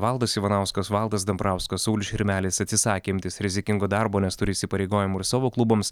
valdas ivanauskas valdas dambrauskas saulius širmelis atsisakė imtis rizikingo darbo nes turi įsipareigojimų ir savo klubams